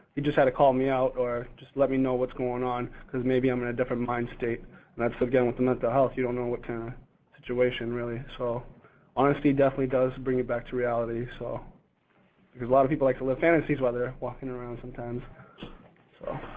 you just had to call me out or just let me know what's going on cause maybe i'm in a different mind state and that's again, with the mental health, you don't know what kind of situation really, so honesty definitely does bring it back to reality so because a lot of people like to live fantasies while they're walking around sometimes so,